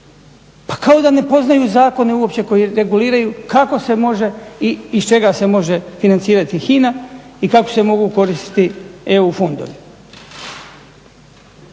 Pa kao da ne poznaju zakone koji reguliraju kako se može i iz čega se može financirati HINA i kako se mogu koristiti EU fondovi.